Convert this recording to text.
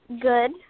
Good